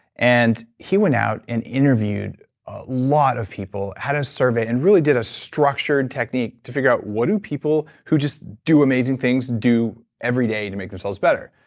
and he went out and interviewed a lot of people, had a survey, and really did a structured technique to figure out, what do people who just do amazing things do every day to make themselves better?